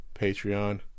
Patreon